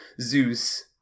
Zeus